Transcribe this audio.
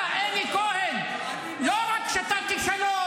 אתה, אלי כהן, לא רק שאתה כישלון,